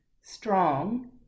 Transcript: strong